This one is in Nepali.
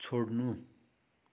छोड्नु